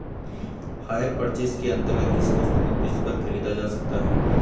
higher purchase के अंतर्गत किसी वस्तु को किस्त पर खरीदा जाता है